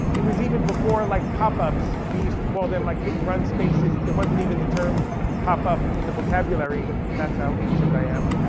it was even before like pop ups, we used to call them like hit and run spaces. there wasn't even the term pop up in the vocabulary, that's how ancient i am.